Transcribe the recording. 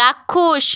চাক্ষুষ